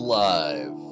live